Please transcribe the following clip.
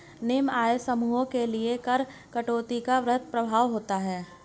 निम्न आय समूहों के लिए कर कटौती का वृहद प्रभाव होता है